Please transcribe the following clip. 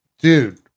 Dude